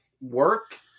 work